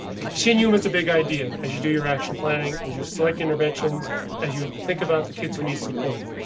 continue with the big idea as you do your action planning as you select interventions as you would think about the kids who need support.